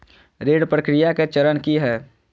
ऋण प्रक्रिया केँ चरण की है?